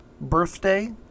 birthday